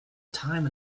time